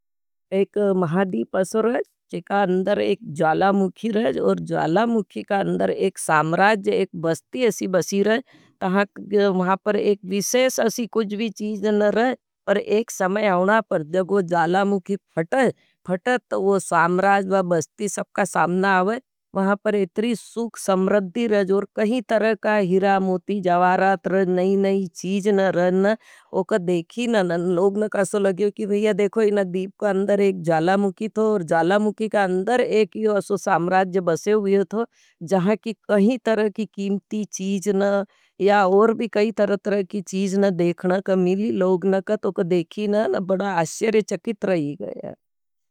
एक महादीप पसर रह, चेका अंदर एक ज्वाला मुखी रह, और ज्वाला मुखी का अंदर एक सामराज। एक बस्ती ऐसी बसी रह, तहाँ महापर एक विशेश ऐसी कुछ भी चीज न रह। पर एक समय अवना पर जब वो ज्वाला मुखी फटत। तो वो सामराज वा बस्ती स पर जब अपका सामना आ वहे महापर एतरी सुख। समरद्दी रह, जोर कहीं तरह का हिरा, मोती, जवारा, तरह नहीं नहीं, चीज न रहना, वो को देखी न। लोगनक असो लगईं की भाईया देखो। इन दीप का अंदर एक ज्वाला मुखी थो ज्वाला मुखी का अंदर में बड़ा अश्यारी चकीत रही गया।